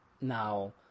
Now